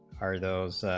are those